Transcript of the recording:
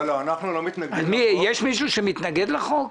האם יש מישהו שמתנגד לחוק?